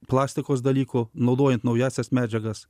plastikos dalykų naudojant naująsias medžiagas